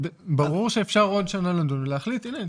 וברור שאפשר עוד שנה לדון ולהחליט: הנה,